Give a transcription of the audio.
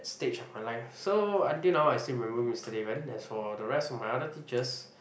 stage of my life so until now I still remember Mister Daven as for the rest of my other teachers